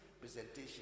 presentation